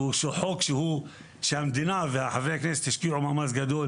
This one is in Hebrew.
חוק שהמדינה וחברי הכנסת השקיעו מאמץ גדול